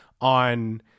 on